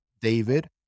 David